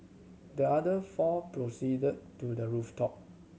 the other four proceeded to the rooftop